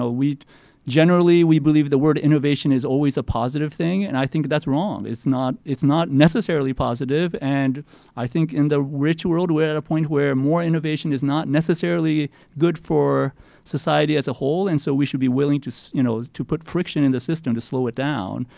ah generally, we believe the word innovation is always a positive thing, and i think that's wrong. it's not it's not necessarily positive, and i think in the rich world, we're at a point where more innovation is not necessarily good for society as a whole, and so we should be willing to so you know to put friction in the system to slow it down,